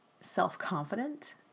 self-confident